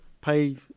pay